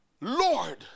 lord